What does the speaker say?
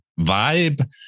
vibe